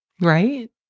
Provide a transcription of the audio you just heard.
Right